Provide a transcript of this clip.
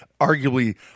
arguably